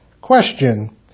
Question